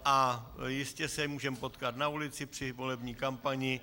A jistě se můžeme potkat na ulici při volební kampani.